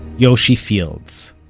yoshi fields.